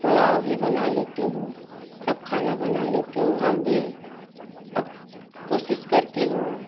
पुलाव भी बना लेती हूँ सब खाना बना लेती हूँ हम भी अब कोशिश करती हूँ